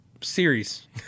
series